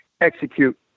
execute